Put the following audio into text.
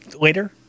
later